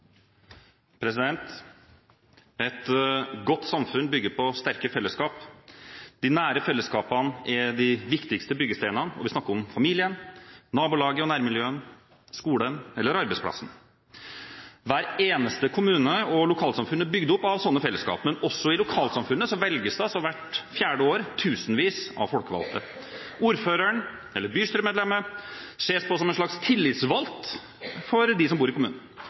Et godt samfunn bygger på sterke fellesskap. De nære fellesskapene er de viktigste byggesteinene. Vi snakker om familien, nabolaget, nærmiljøet, skolen eller arbeidsplassen. Hver eneste kommune og hvert eneste lokalsamfunn er bygd opp av slike fellesskap, men også i lokalsamfunnene velges det hvert fjerde år tusenvis av folkevalgte. Ordføreren eller bystyremedlemmet ses på som en slags tillitsvalgt for dem som bor i